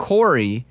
Corey